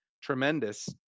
tremendous –